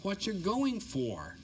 what you're going for